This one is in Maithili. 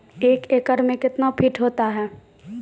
एक एकड मे कितना फीट होता हैं?